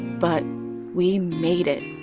but we made it.